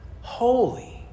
holy